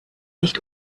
nicht